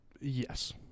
Yes